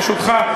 ברשותך,